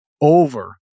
over